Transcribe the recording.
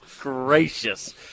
gracious